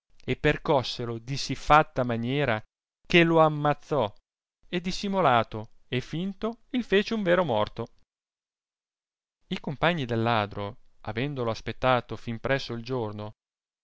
e percosselo di sì fatta maniera che lo amazzò e di simolato e finto il fece un vero morto i compagni del ladro avendolo aspettato fin appresso il giorno